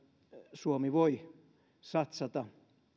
suomi voi satsata